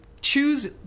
choose